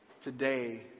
Today